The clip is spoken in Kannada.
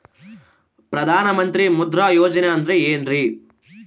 ಪ್ರಧಾನ ಮಂತ್ರಿ ಮುದ್ರಾ ಯೋಜನೆ ಅಂದ್ರೆ ಏನ್ರಿ?